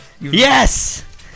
Yes